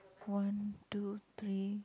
one two three